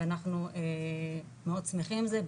ואנחנו מאוד שמחים עם זה,